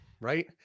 right